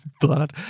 blood